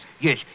Yes